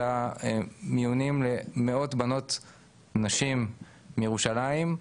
עשתה מיונים למאות נשים בירושלים,